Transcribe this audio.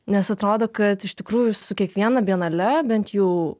nes atrodo kad iš tikrųjų su kiekviena bienale bent jau